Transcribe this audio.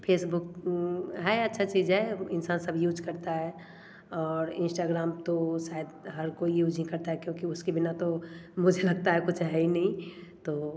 Facebook है अच्छा चीज़ है अब इंसान सब यूज़ करता है और इंस्टाग्राम तो शायद हर कोई यूज़ ही करता क्योंकि उसके बिना तो मुझे लगता है कुछ है ही नहीं तो